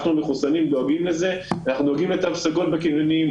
אנחנו מחוסנים ואנחנו מגיעים לתו סגול בקניונים,